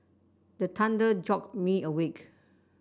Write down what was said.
the thunder jolt me awake